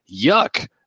Yuck